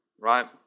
Right